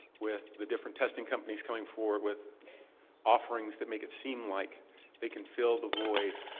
with the different testing companies coming forward, with offerings that make it seem like they can fill the void